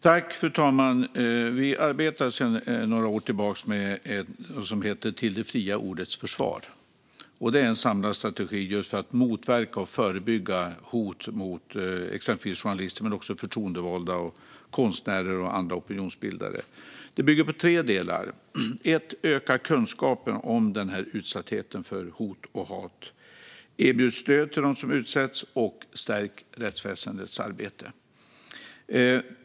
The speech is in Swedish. Fru talman! Vi arbetar sedan några år tillbaka med en handlingsplan som heter Till det fria ordets försvar. Det är en samlad strategi för att motverka och förebygga hot mot exempelvis journalister men också förtroendevalda, konstnärer och andra opinionsbildare. Den bygger på tre delar. Det är först och främst att öka kunskapen om utsattheten för hot och hat. Det är att erbjuda stöd till dem som utsätts, och det är att stärka rättsväsendets arbete.